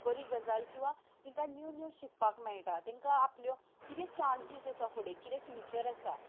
बरी गजाल किंवां तिंकां न्यू न्यू शिकपा मेळटा तांकां आपल्यो किदें चांसीस आसा फुडें किदें फ्युचर आसा